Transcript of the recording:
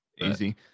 easy